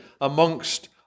amongst